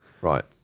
Right